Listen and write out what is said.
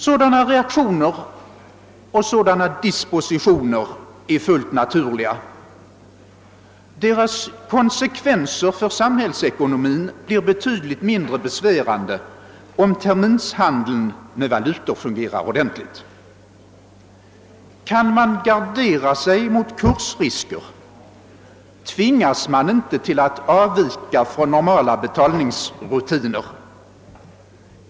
Sådana reaktioner och dispositioner är fullt naturliga. Deras konsekvenser för samhällsekonomin blir betydligt mindre besvärande, om terminshandeln med valutor fungerar ordentligt. Kan man gardera sig mot kursrisker tvingas man inte avvika från normala betalningsrutiner.